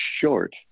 short